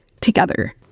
together